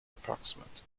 approximate